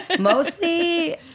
Mostly